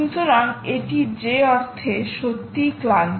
সুতরাং এটি যে অর্থে সত্যিই ক্লান্ত